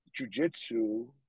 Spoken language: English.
jujitsu